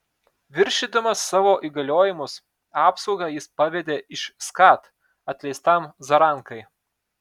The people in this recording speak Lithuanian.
viršydamas savo įgaliojimus apsaugą jis pavedė iš skat atleistam zarankai